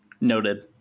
Noted